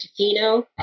Tofino